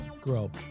grow